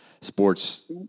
sports